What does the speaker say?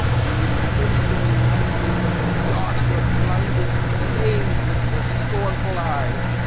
you nimble lightnings, dart your blinding flames into her scornful eyes!